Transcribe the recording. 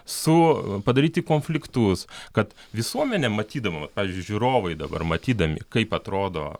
su padaryti konfliktus kad visuomenė matydama va pavyzdžiui žiūrovai dabar matydami kaip atrodo